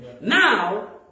Now